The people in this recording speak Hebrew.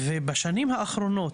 ובשנים האחרונות,